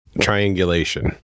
triangulation